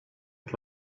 per